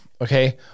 Okay